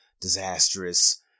disastrous